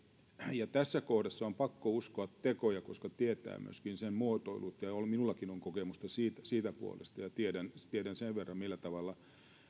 ja tässä kohdassa on pakko uskoa tekoja koska tietää myöskin ne muotoilut ja ja minullakin on kokemusta siitä siitä puolesta ja tiedän millä tavalla